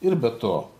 ir be to